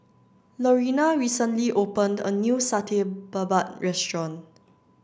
Lorena recently opened a new Satay Babat Restaurant